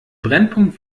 brennpunkt